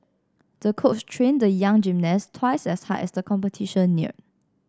the coach trained the young gymnast twice as hard as the competition neared